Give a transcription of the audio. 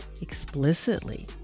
explicitly